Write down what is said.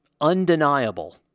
undeniable